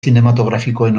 zinematografikoen